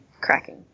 cracking